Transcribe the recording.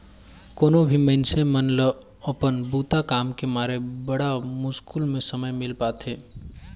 कोनो भी मइनसे ल अपन बूता काम के मारे बड़ा मुस्कुल में समे मिल पाथें